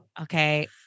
Okay